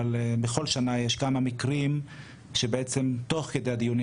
אבל בכל שנה יש כמה מקרים שבעצם תוך כדי הדיונים